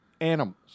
animals